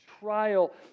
trial